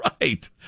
Right